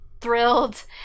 thrilled